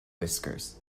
whiskers